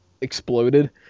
exploded